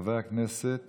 חבר הכנסת